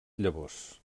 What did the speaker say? llavors